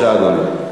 דו-קיום ודמוקרטיה